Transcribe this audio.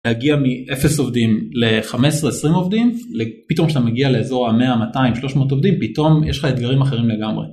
להגיע מ-0 עובדים ל-15-20 עובדים, פתאום כשאתה מגיע לאזור ה-100-200-300 עובדים, פתאום יש לך אתגרים אחרים לגמרי.